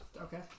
okay